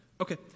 Okay